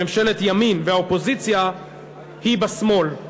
ממשלת ימין, והאופוזיציה היא בשמאל.